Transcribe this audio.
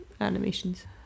animations